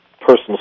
personal